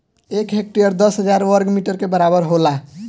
एक हेक्टेयर दस हजार वर्ग मीटर के बराबर होला